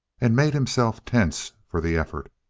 and made himself tense for the effort.